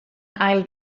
ail